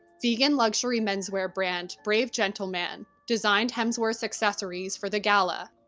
vegan luxury menswear brand brave gentleman designed hemsworth's accessories for the gala,